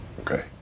okay